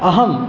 अहं